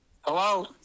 Hello